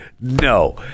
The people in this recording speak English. no